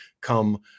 come